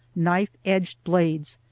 knife-edged blades,